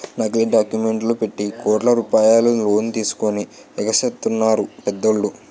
నకిలీ డాక్యుమెంట్లు పెట్టి కోట్ల రూపాయలు లోన్ తీసుకొని ఎగేసెత్తన్నారు పెద్దోళ్ళు